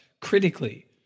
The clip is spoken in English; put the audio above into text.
critically